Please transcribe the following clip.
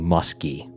Musky